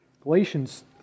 Galatians